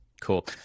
cool